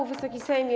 Wysoki Sejmie!